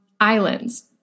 islands